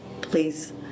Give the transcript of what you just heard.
Please